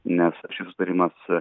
nes šis susitarimas